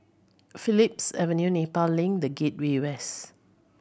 Phillips Avenue Nepal Link The Gateway West